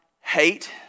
hate